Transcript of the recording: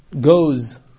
goes